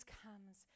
comes